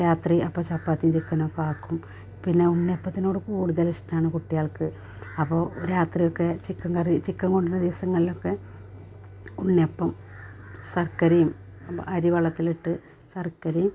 രാത്രി അപ്പം ചപ്പാത്തിയും ചിക്കനുമൊക്കെ ആക്കും പിന്നെ ഉണ്ണിയപ്പത്തിനോടു കൂടുതലിഷ്ടമാണ് കുട്ടികൾക്ക് അപ്പോൾ രാത്രി ഒക്കേ ചിക്കൻ കറി ചിക്കൻ കൊണ്ടു വരുന്ന ദിവസങ്ങളിലൊക്കെ ഉണ്ണിയപ്പം ശർക്കരയും അരി വെള്ളത്തിലിട്ട് ശർക്കരയും